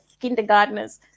kindergartners